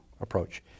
approach